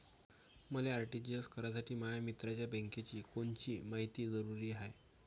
मले आर.टी.जी.एस करासाठी माया मित्राच्या बँकेची कोनची मायती जरुरी हाय?